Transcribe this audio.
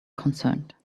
concerned